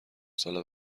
سال